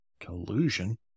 Collusion